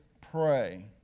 pray